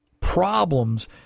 problems